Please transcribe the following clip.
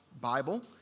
Bible